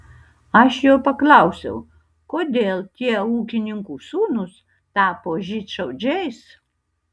aš jo paklausiau kodėl tie ūkininkų sūnūs tapo žydšaudžiais